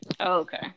Okay